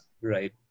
Right